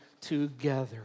together